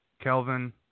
Kelvin